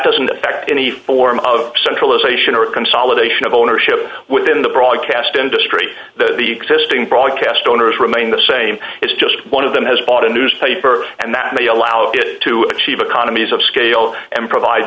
doesn't affect any form of centralization or consolidation of ownership within the broadcast industry that the existing broadcast owners remain the same it's just one of them has bought a newspaper and that may allow it to achieve economies of scale and provide